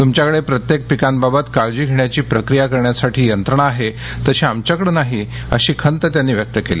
तुमच्याकडे प्रत्येक पिकांबाबत काळजी षेण्याची प्रक्रिया करण्यासाठी यंत्रणा आहे तशी आमच्याकडे नाही अशी खंत त्यांनी व्यक्त केली